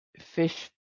Fish